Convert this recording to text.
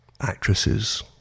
actresses